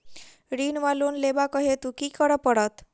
ऋण वा लोन लेबाक हेतु की करऽ पड़त?